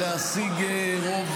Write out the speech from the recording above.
להשיג רוב